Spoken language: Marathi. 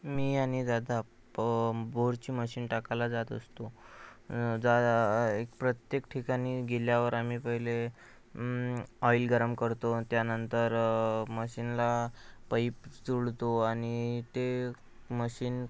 मी आणि दादा प बोरची मशिन टाकायला जात असतो जा प्रत्येक ठिकाणी गेल्यावर आम्ही पहिले ऑईल गरम करतो आणि त्यानंतर मशिनला पाईप जोडतो आणि ते मशिन